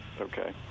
okay